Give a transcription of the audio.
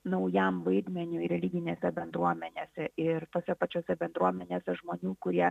naujam vaidmeniui religinėse bendruomenėse ir tose pačiose bendruomenėse žmonių kurie